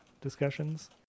discussions